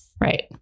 right